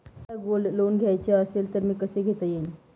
मला gold loan घ्यायचे असेल तर कसे घेता येईल?